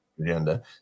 agenda